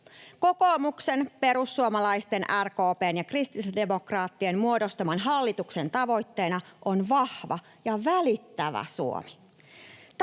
Kokoomuksen, perussuomalaisten, RKP:n ja kristillisdemokraattien muodostaman hallituksen tavoitteena on vahva ja välittävä Suomi.